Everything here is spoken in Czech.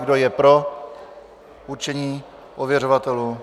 Kdo je pro určení ověřovatelů?